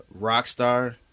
Rockstar